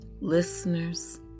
Listeners